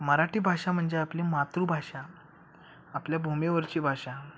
मराठी भाषा म्हणजे आपली मातृभाषा आपल्या भूमीवरची भाषा